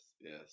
Yes